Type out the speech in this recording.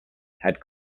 had